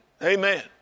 Amen